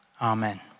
Amen